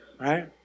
right